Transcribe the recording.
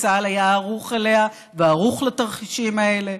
וצה"ל היה ערוך אליה וערוך לתרחישים האלה.